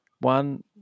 one